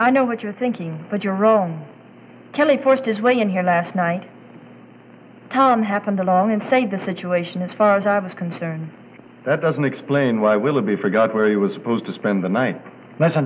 i know what you're thinking but you're wrong kelly forced his way in here last night tom happened along inside the situation as far as i was concerned that doesn't explain why willoughby forgot where he was supposed to spend the night le